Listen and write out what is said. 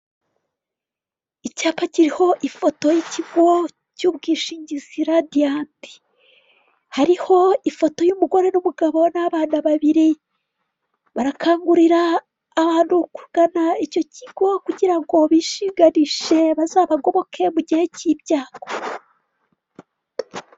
Icyapa kiriho ifoto y'ikigo cy'ubwishingizi Radiyati. Hariho ifoto y'umugore n'umugabo n'abana babiri, barakangurira abantu kugana icyo kigo kugira ngo bishigarishe bazabagoboke mu gihe cy'ibyago.